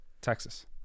texas